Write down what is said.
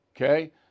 Okay